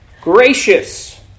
Gracious